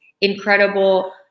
incredible